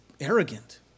arrogant